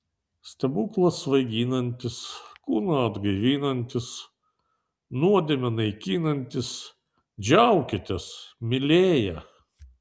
stebuklas svaiginantis kūną atgaivinantis nuodėmę naikinantis džiaukitės mylėję